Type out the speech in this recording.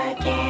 again